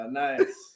nice